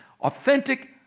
Authentic